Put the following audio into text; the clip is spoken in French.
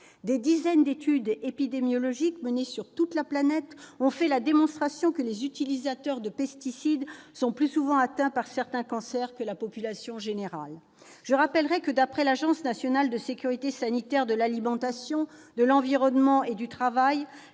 Des dizaines d'études épidémiologiques menées sur toute la planète ont fait la démonstration que les utilisateurs de pesticides sont plus souvent atteints par certains cancers que la population générale. Je rappellerai que, d'après l'Agence nationale de sécurité sanitaire de l'alimentation, de l'environnement et du travail,